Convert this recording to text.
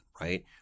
right